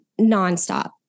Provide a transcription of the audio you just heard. nonstop